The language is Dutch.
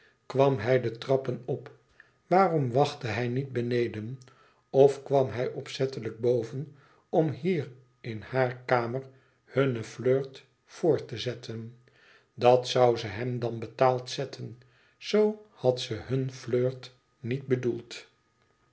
kwam hij de trappen op waarom wachtte hij niet beneden of kwam hij opzettelijk boven om hier in haar kamer hunne flirt voort te zetten dat zoû ze hem dan betaald zetten zoo had ze hun flirt niet bedoeld